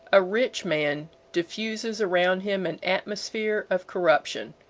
a rich man diffuses around him an atmosphere of corruption,